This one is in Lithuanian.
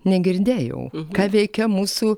negirdėjau ką veikia mūsų